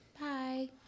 bye